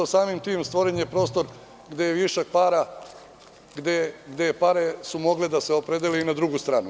Samim tim stvoren je prostor gde je višak para, gde su pare mogle da se opredele i na drugu stranu.